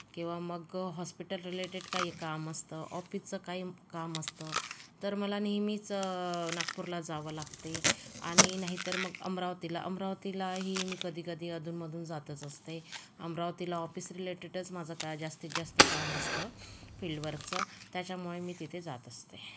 किंवा मग hospital related काही काम असतं ऑफीसचं काही काम असतं तर मला नेहमीच नागपूरला जावं लागते आणि नाही तर मग अमरावतीला अमरावतीलाही मी कधीकधी अधूनमधून जातंच असते अमरावतीला ऑफिस रिलेटेडच माझं जास्तीत जास्त काम असतं फील्डवर्कचं त्याच्यामुळे मी तिथे जात असते